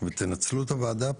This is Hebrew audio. --- תנצלו את הוועדה פה,